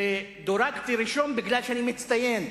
ודורגתי ראשון כי אני מצטיין.